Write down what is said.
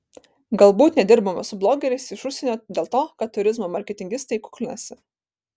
galbūt nedirbama su blogeriais iš užsienio dėl to kad turizmo marketingistai kuklinasi